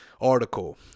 article